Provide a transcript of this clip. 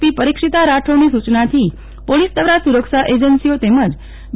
પી પરીક્ષિતા રાઠોડની સૂચનાથી પોલીસ દ્રારા સૂરક્ષા એજન્સીઓ તેમજ બી